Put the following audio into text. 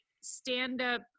stand-up